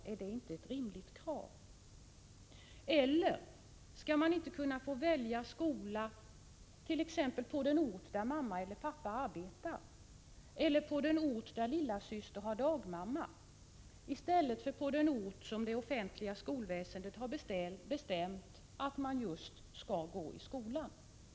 Är det inte ett rimligt krav? Och skall man inte kunna få välja skola t.ex. på den ort där mamma eller pappa arbetar eller på den ort där lillasyster har dagmamma, i stället för på den ort där det offentliga skolväsendet har bestämt att man skall gå i skola?